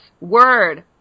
Word